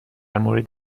مورد